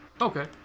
okay